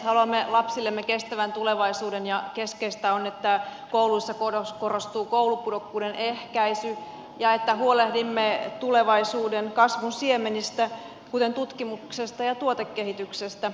haluamme lapsillemme kestävän tulevaisuuden ja keskeistä on että kouluissa korostuu koulupudokkuuden ehkäisy ja että huolehdimme tulevaisuuden kasvun siemenistä kuten tutkimuksesta ja tuotekehityksestä